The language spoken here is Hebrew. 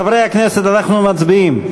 חברי הכנסת, אנחנו מצביעים.